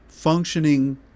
functioning